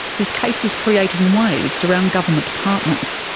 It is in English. his case is creating waves around government departments.